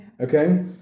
Okay